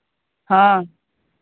हाँ